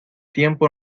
tiempo